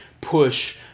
push